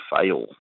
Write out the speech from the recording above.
fail